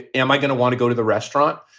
am i going to want to go to the restaurant?